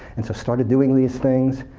and so i started doing these things,